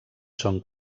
són